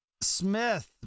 Smith